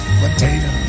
potato